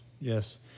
yes